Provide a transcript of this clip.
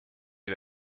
die